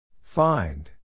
Find